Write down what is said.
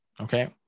Okay